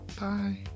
Bye